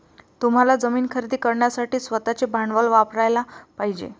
तुम्हाला जमीन खरेदी करण्यासाठी स्वतःचे भांडवल वापरयाला पाहिजे